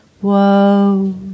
Whoa